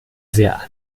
sehr